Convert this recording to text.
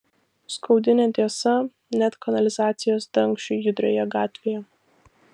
skaudi netiesa net kanalizacijos dangčiui judrioje gatvėje